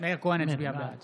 בעד